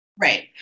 Right